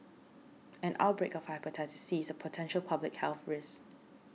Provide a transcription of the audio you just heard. an outbreak of Hepatitis C is a potential public health risk